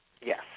Yes